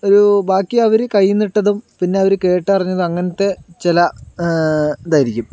ഒരു ബാക്കിയവര് കൈയിൽ നിന്ന് ഇട്ടതും പിന്നെ അവര് കേട്ടറിഞ്ഞത് അങ്ങനത്തെ ചില ഇതായിരിക്കും